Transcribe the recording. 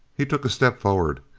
he took a step forward.